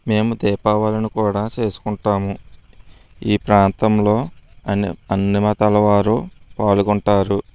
మేము దీపావళిని కూడా చేసుకుంటాము ఈ ప్రాంతంలో అన్ని మతాల వారు పాల్గొంటారు